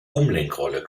umlenkrolle